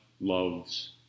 loves